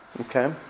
Okay